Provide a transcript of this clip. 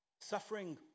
Suffering